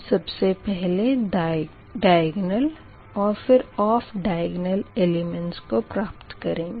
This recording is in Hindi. सबसे पहले द्य्ग्न्ल और फिर ऑफ़ द्य्ग्न्ल एलिमेंट्स को प्राप्त करेंगे